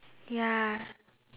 ya